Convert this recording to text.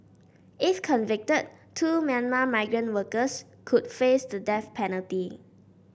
if convicted two Myanmar migrant workers could face the death penalty